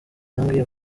yambwiye